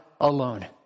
alone